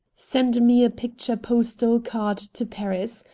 send me a picture-postal card to paris.